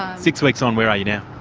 six weeks on, where are you now?